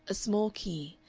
a small key,